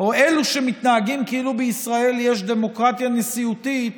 אלה שמתנהגים כאילו בישראל יש דמוקרטיה נשיאותית